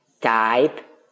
Type